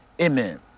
amen